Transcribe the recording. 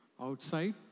outside